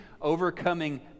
Overcoming